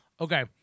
Okay